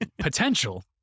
Potential